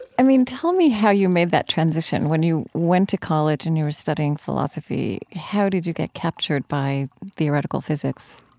i mean, tell me how you made that transition when you went to college and you were studying philosophy. how did you get captured by theoretical physics?